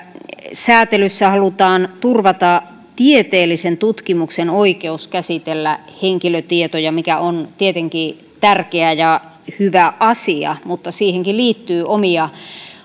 säätelyssä halutaan turvata tieteellisen tutkimuksen oikeus käsitellä henkilötietoja mikä on tietenkin tärkeä ja hyvä asia mutta siihenkin liittyy omia